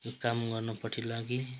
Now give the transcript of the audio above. यो काम गर्नपट्टि लागे